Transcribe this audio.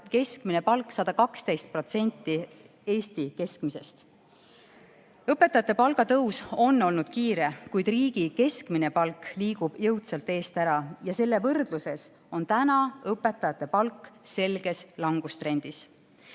keskmine palk 112% Eesti keskmisest. Õpetajate palga tõus on olnud kiire, kuid riigi keskmine palk liigub jõudsalt eest ära ja selles võrdluses on õpetajate palk selges langustrendis.